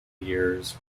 years